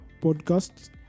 podcasts